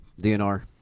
DNR